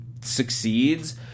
succeeds